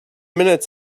minutes